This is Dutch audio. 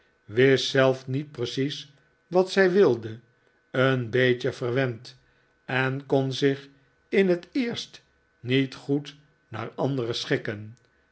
wist zelf niet precies wat zij wilde een beetje verwend en kon zich in het eerst niet goed naar anderen schikken